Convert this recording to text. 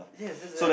yes that's right